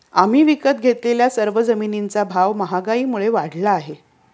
आम्ही विकत घेतलेल्या सर्व जमिनींचा भाव महागाईमुळे वाढला आहे